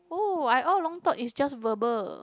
oh I along thought it's just verbal